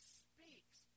speaks